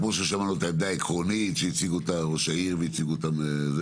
כמו ששמענו את העמדה העקרונית שהציג אותה ראש העיר והציגו אותה,